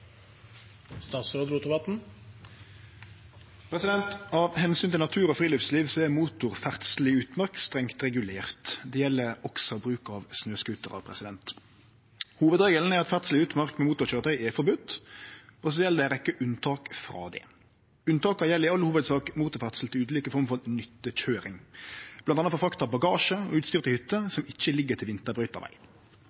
utmark strengt regulert. Det gjeld også bruk av snøscooter. Hovudregelen er at ferdsel i utmark med motorkøyretøy er forbode, og så er det ei rekkje unntak frå det. Unntaka gjeld i all hovudsak motorferdsel til ulike former for nyttekøyring, bl.a. for frakt av bagasje og utstyr til hytter